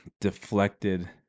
deflected